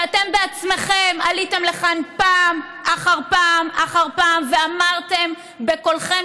שאתם בעצמכם עליתם לכאן פעם אחר פעם אחר פעם ואמרתם בקולכם